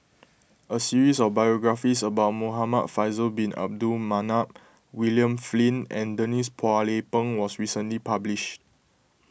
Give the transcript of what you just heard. a series of biographies about Muhamad Faisal Bin Abdul Manap William Flint and Denise Phua Lay Peng was recently published